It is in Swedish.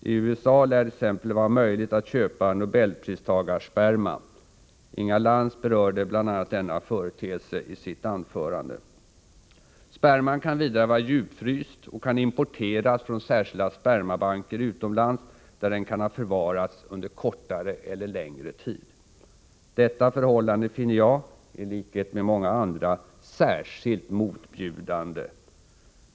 I USA lär det t.ex. vara möjligt att köpa nobelpristagarsperma. Inga Lantz berörde bl.a. denna företeelse i sitt anförande. Sperman kan vidare vara djupfryst och kan importeras från särskilda spermabanker utomlands, där den kan ha förvarats under kortare eller längre tid. Detta förhållande finner jag — i likhet med många andra — särskilt motbjudande.